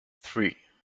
three